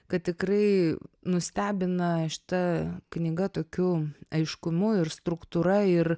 kad tikrai nustebina šita knyga tokiu aiškumu ir struktūra ir